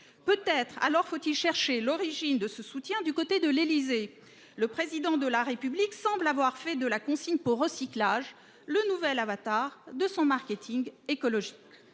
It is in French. Peut être faut il chercher l’origine de ce soutien du côté de l’Élysée ? Le Président de la République semble avoir fait de la consigne pour recyclage le nouvel avatar de son marketing écologique.